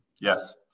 yes